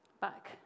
back